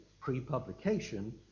pre-publication